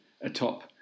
atop